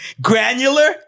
granular